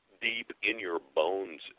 deep-in-your-bones